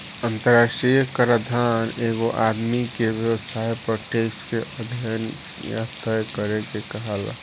अंतरराष्ट्रीय कराधान एगो आदमी के व्यवसाय पर टैक्स के अध्यन या तय करे के कहाला